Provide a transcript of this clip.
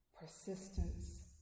persistence